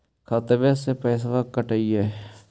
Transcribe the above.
खतबे से पैसबा कटतय?